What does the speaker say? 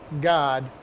god